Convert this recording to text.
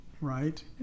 Right